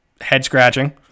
head-scratching